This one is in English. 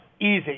easy